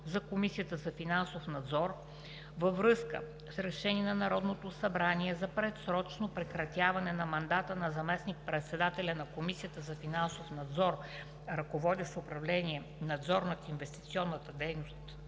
за Комисията за финансов надзор във връзка с Решение на Народното събрание за предсрочно прекратяване на мандата на заместник-председателя на Комисията за финансов надзор, ръководещ управление „Надзор на инвестиционната дейност“